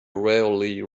rarely